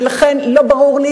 ולכן לא ברור לי,